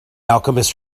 alchemist